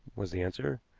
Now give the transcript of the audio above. was the answer.